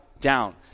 down